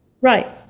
Right